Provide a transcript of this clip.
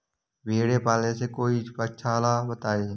भेड़े पालने से कोई पक्षाला बताएं?